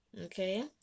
Okay